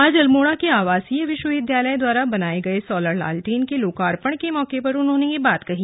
आज अल्मोड़ा के आवासीय विश्वविद्यालय द्वारा बनाए गये सोलर लालटेन के लोकार्पण के मौके पर उन्होंने ये बात कही